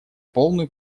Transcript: полную